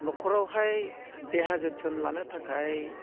न'खरावहाय देहा जोथोन लानो थाखाय